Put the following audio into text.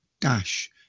dash